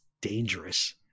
dangerous